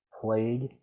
plague